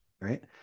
Right